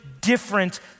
different